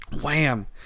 Wham